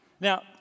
Now